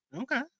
Okay